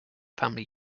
family